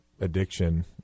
addiction